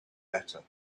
better